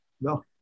No